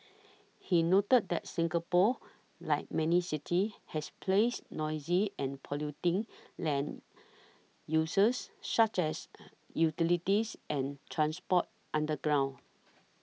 he noted that Singapore like many cities has placed noisy and polluting land uses such as utilities and transport underground